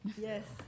Yes